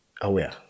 aware